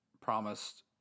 promised